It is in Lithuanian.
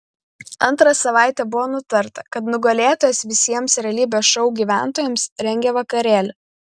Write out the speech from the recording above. antrą savaitę buvo nutarta kad nugalėtojas visiems realybės šou gyventojams rengia vakarėlį